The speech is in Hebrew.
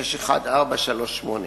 שר המשפטים